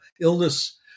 illness